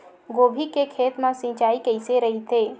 गोभी के खेत मा सिंचाई कइसे रहिथे?